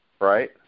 right